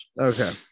Okay